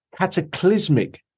cataclysmic